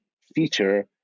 feature